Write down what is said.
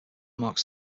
marks